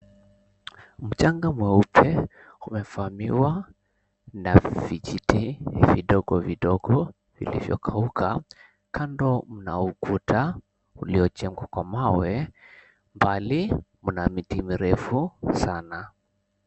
Mchanga mweupe umefamiwa na vijiti vidogo vidogo vilivyokauka kando mna ukuta uliochongwa kwa mawe mbali mna miti mirefu sana.